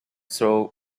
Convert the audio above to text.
though